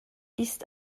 ist